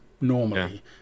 normally